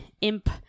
imp